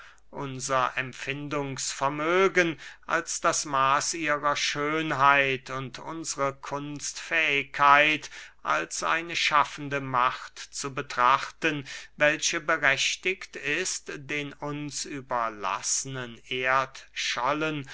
unser empfindungsvermögen als das maß ihrer schönheit und unsre kunstfähigkeit als eine schaffende macht zu betrachten welche berechtigt ist den uns überlaßnen erdschollen